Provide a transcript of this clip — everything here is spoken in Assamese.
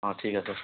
অ ঠিক আছে